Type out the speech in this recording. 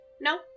No